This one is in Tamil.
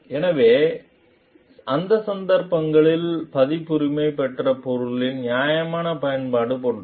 எனவே அந்த சந்தர்ப்பங்களில் பதிப்புரிமை பெற்ற பொருளின் நியாயமான பயன்பாடு போன்றது